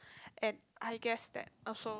and I guess that also